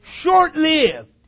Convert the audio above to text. Short-lived